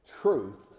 Truth